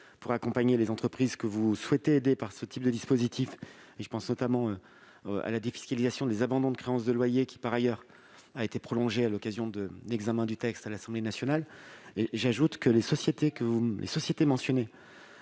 pour accompagner les entreprises que vous souhaitez aider par ce type de dispositif. Je pense notamment à la défiscalisation des abandons de créances de loyer, qui a par ailleurs été prolongée à l'occasion de l'examen du texte à l'Assemblée nationale. J'ajoute que les sociétés mentionnées